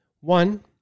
One